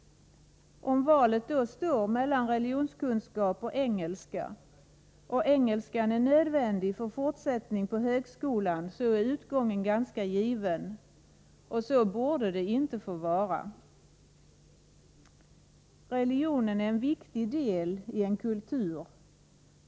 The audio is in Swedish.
Om valet då står mellan religonskunskap och engelska och engelskan är nödvändig för fortsättning på högskolan, är utgången ganska given. Så borde det inte få vara. Religionen är en viktig del i en kultur.